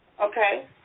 Okay